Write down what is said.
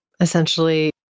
essentially